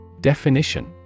Definition